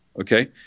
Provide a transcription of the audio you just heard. okay